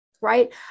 right